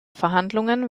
verhandlungen